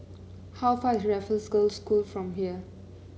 how far is Raffles Girls' School from here